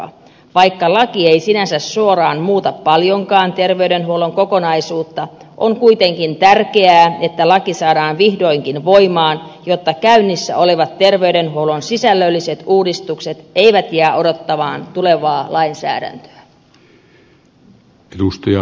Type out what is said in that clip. vaikka laki ei sinänsä suoraan muuta paljonkaan terveydenhuollon kokonaisuutta on kuitenkin tärkeää että laki saadaan vihdoinkin voimaan jotta käynnissä olevat terveydenhuollon sisällölliset uudistukset eivät jää odottamaan tulevaa lainsäädäntöä